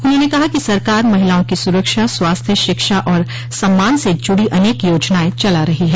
उन्होंने कहा कि सरकार महिलाओं की सुरक्षा स्वास्थ्य शिक्षा और सम्मान से जुड़ी अनेक योजनायें चला रही है